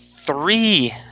Three